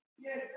Yes